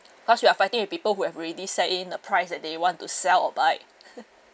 because you are fighting with people who have already set in a price that they want to sell or buy